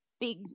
big